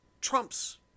Trump's